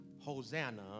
Hosanna